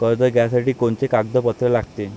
कर्ज घ्यासाठी कोनचे कागदपत्र लागते?